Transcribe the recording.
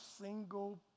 single